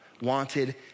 wanted